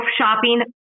shopping